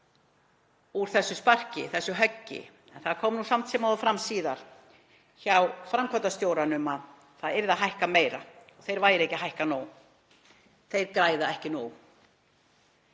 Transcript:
úr þessu sparki, þessu höggi. En það kom nú samt sem áður fram síðar hjá framkvæmdastjóranum að það yrði að hækka meira, þeir væru ekki að hækka nóg. Þeir græða ekki nóg.